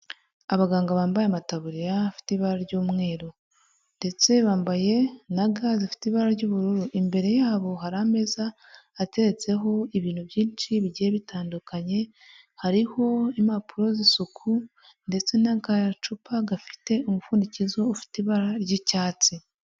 Abaganga bambaye amataburiya afite ibara ry'umweru, ndetse bambaye na ga zifite ibara ry'ubururu, imbere yabo hari ameza ateretseho ibintu byinshi bigiye bitandukanye, hariho impapuro z'isuku ndetse n'agacupa gafite umupfundikizo ufite ibara ry'icyatsi.